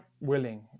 willing